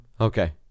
Okay